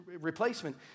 replacement